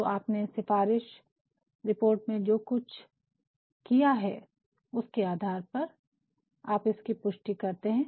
तो आपने सिफारशी रिपोर्ट में जो कुछ किया है उसके आधार पर आप इसकी पुष्टि करते है